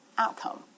outcome